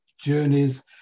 journeys